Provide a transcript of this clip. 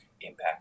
impact